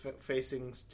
facing